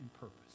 purpose